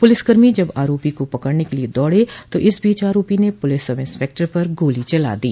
पुलिसकर्मी जब आरोपी को पकड़ने के लिए दौड़े तो इस बीच आरोपी ने पुलिस सब इंसपेक्टर पर गोली चला दी